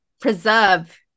preserve